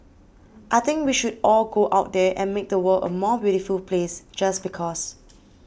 I think we should all go out there and make the world a more beautiful place just because